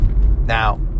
Now